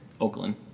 Oakland